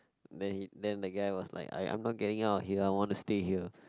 then he then the guy was like I I'm not getting out of here I want to stay here